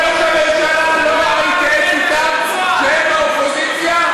ראש הממשלה לא התייעץ אתם כשהם היו באופוזיציה?